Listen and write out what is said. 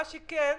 מה שכן,